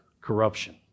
corruption